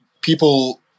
people